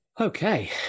Okay